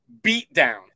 beatdown